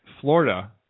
Florida